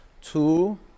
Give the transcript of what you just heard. Two